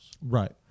Right